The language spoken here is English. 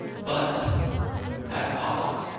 but at a cost.